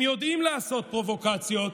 הם יודעים לעשות פרובוקציות,